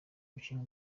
umukinnyi